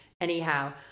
anyhow